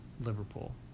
Liverpool